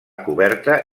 coberta